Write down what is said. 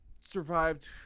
survived